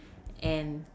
and